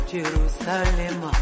Jerusalem